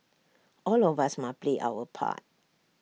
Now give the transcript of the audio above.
all of us must play our part